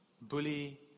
bully